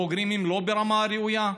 הבוגרים הם לא ברמה ראויה,